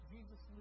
Jesus